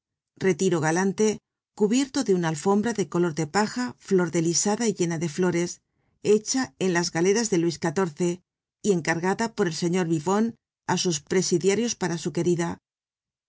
retiro galante cubierto de una alfombra de color de paja flordelisada y llena de flores hecha en las galeras de luis xiv y encargada por el señor vivonne á sus presidiarios para su querida